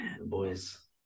Boys